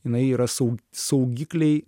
jinai yra sau saugikliai